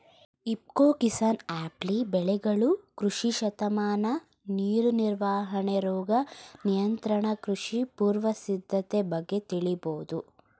ಇಫ್ಕೊ ಕಿಸಾನ್ಆ್ಯಪ್ಲಿ ಬೆಳೆಗಳು ಕೃಷಿ ಋತುಮಾನ ನೀರು ನಿರ್ವಹಣೆ ರೋಗ ನಿಯಂತ್ರಣ ಕೃಷಿ ಪೂರ್ವ ಸಿದ್ಧತೆ ಬಗ್ಗೆ ತಿಳಿಬೋದು